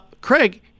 Craig